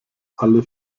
alle